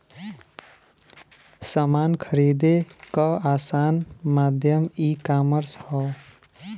समान खरीदे क आसान माध्यम ईकामर्स हौ